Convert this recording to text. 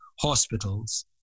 hospitals